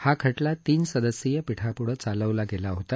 हा खटला तीन सदस्यीय पीठापुढे चालवला गेला होता